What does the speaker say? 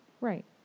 Right